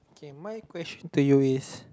okay my question to you is